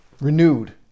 renewed